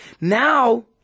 Now